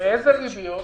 באיזה ריביות?